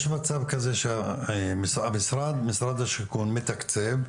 יש מצב כזה שמשרד השיכון מתקצב,